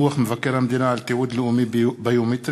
דוח מבקר המדינה על תיעוד לאומי ביומטרי,